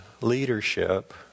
leadership